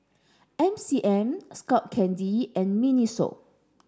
M C M Skull Candy and Miniso